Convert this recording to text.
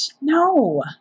No